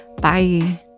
Bye